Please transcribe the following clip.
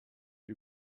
you